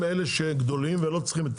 אבל מה קורה עם אלה שגדולים ולא צריכים,